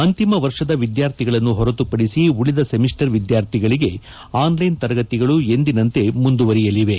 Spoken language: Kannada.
ಅಂತಿಮ ವರ್ಷದ ವಿದ್ವಾರ್ಥಿಗಳನ್ನು ಹೊರತುಪಡಿಸಿ ಉಳಿದ ಸೆಮಿಸ್ಟರ್ ವಿದ್ವಾರ್ಥಿಗಳಿಗೆ ಆನ್ಲೈನ್ ತರಗತಿಗಳು ಎಂದಿನಂತೆ ಮುಂದುವರೆಯಲಿವೆ